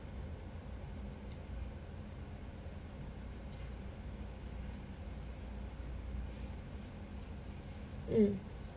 mm